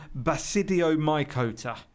basidiomycota